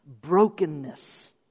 brokenness